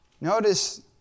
Notice